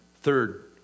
Third